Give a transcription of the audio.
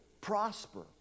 prosper